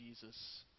Jesus